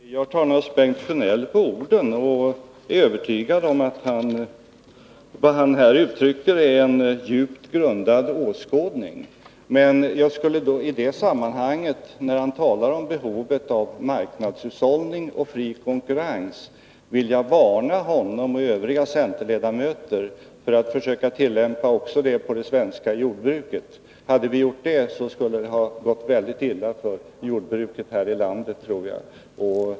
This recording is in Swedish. Fru talman! Jag tar naturligtvis Bengt Sjönell på orden och är övertygad om att vad han här uttrycker är en djupt grundad åskådning. Men jag skulle i det sammanhanget, när han talar om behovet av marknadshushållning och fri konkurrens, vilja varna honom och övriga centerledamöter för att försöka tillämpa det också på det svenska jordbruket. Hade vi gjort det, skulle det ha gått väldigt illa för jordbruket här i landet, tror jag.